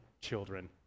children